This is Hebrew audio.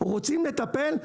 רוצים לטפל?